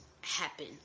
happen